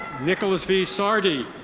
nicholas v. sardi.